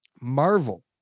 Marvel